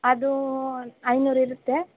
ಅದು ಐನೂರು ಇರುತ್ತೆ